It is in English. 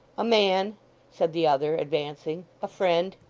a man said the other, advancing. a friend